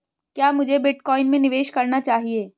क्या मुझे बिटकॉइन में निवेश करना चाहिए?